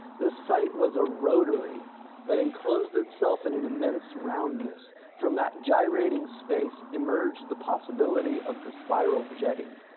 this site was a rotary that enclosed itself in an immense roundness. from that gyrating space emerged the possibility of the spiral jetty.